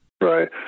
Right